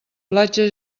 platja